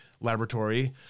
Laboratory